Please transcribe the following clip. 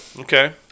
Okay